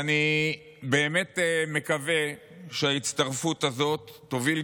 אני באמת מקווה שההצטרפות הזאת גם תוביל,